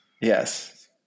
Yes